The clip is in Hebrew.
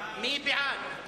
מי בעד?